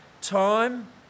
time